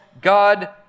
God